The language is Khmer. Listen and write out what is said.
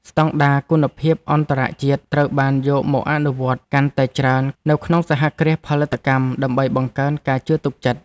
ស្តង់ដារគុណភាពអន្តរជាតិត្រូវបានយកមកអនុវត្តកាន់តែច្រើននៅក្នុងសហគ្រាសផលិតកម្ម ដើម្បីបង្កើនការជឿទុកចិត្ត។